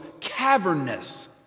cavernous